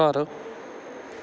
ਘਰ